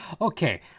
Okay